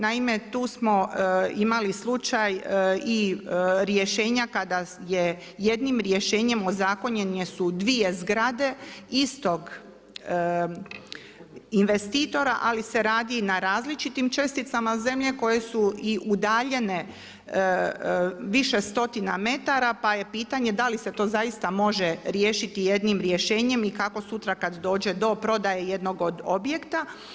Naime tu smo imali slučaj i rješenja kada je jednim rješenjem ozakonjene su dvije zgrade istog investitora, ali se radi na različitim česticama zemlje koje su i udaljene više stotina metara, pa je pitanje da li se to zaista može riješiti jednim rješenjem i kako sutra kada dođe do prodaje jednog od objekta.